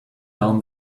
down